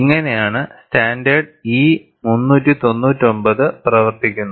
ഇങ്ങനെയാണ് standard E399 പ്രവർത്തിക്കുന്നത്